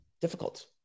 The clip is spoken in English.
difficult